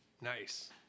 Nice